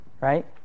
right